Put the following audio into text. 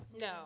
No